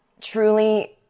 truly